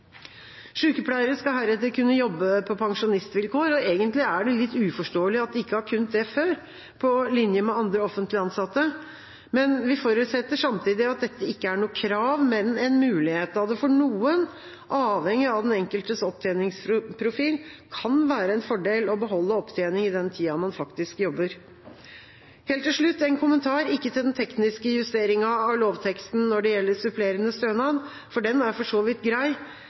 skal heretter kunne jobbe på pensjonistvilkår. Egentlig er det litt uforståelig at de ikke har kunnet det før, på linje med andre offentlig ansatte. Vi forutsetter samtidig at dette ikke er noe krav, men en mulighet, da det for noen, avhengig av den enkeltes opptjeningsprofil, kan være en fordel å beholde opptjening i den tida man faktisk jobber. Helt til slutt en kommentar, ikke til den tekniske justeringen av lovteksten når det gjelder supplerende stønad, for den er for så vidt grei,